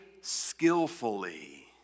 skillfully